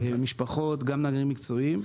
משפחות וגם מאמנים מקצועיים.